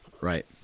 Right